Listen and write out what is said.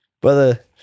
Brother